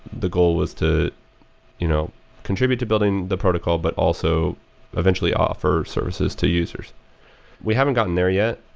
the goal was to you know contribute to building the protocol, but also eventually offer services to users we haven't gotten there yet.